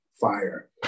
fire